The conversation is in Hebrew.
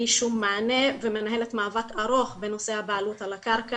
שום מענה ומנהלת מאבק ארוך בנושא הבעלות על הקרקע,